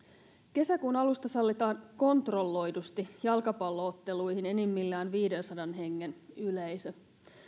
kesäkuun alusta sallitaan kontrolloidusti jalkapallo otteluihin enimmillään viidensadan hengen yleisö